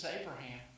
Abraham